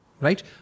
right